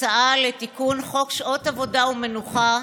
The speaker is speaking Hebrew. הצעה לתיקון חוק שעות עבודה ומנוחה,